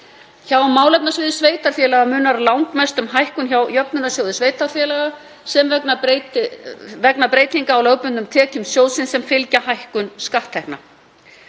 Hjá málefnasviði sveitarfélaga munar langmestu um hækkun hjá Jöfnunarsjóði sveitarfélaga vegna breytinga á lögbundnum tekjum sjóðsins sem fylgja hækkun skatttekna.